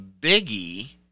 biggie